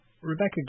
Rebecca